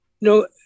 no